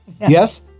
Yes